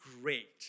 great